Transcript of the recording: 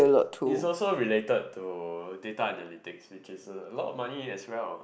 is also related to data analytics which is a lot of money as well